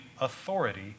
authority